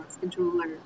controller